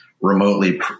remotely